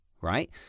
right